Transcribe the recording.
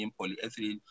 polyethylene